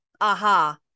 aha